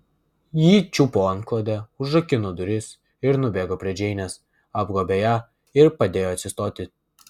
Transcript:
ji čiupo antklodę užrakino duris ir nubėgo prie džeinės apgobė ją ir padėjo atsistoti